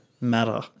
Matter